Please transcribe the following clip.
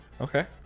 Okay